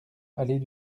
allée